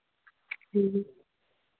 ᱦᱮᱸ